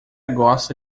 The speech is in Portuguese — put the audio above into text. gosta